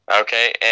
okay